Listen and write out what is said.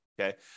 Okay